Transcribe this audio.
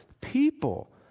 people